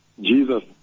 Jesus